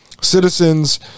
Citizens